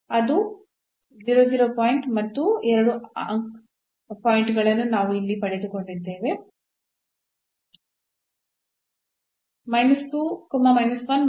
ಅದು ಪಾಯಿಂಟ್ ಮತ್ತು 2 ಪಾಯಿಂಟ್ಗಳನ್ನು ನಾವು ಇಲ್ಲಿ ಪಡೆದುಕೊಂಡಿದ್ದೇವೆ ಮತ್ತು